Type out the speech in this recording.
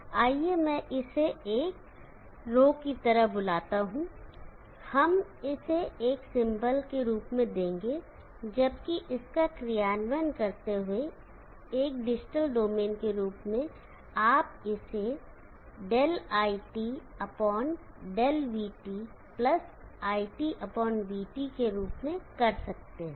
आइए मैं इसे एक रो ρ की तरह बुलाता हूं हम इसे एक सिंबल के रूप में देंगे जबकि इसका क्रियान्वयन करते हुए एक डिजिटल डोमेन के रूप में आप इसे ∆iT∆vT iTvT के रूप में कर सकते हैं